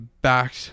back